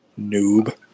Noob